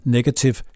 Negative